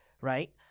right